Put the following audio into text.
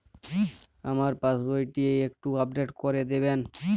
আমার পাসবই টি একটু আপডেট করে দেবেন?